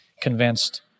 convinced